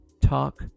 Talk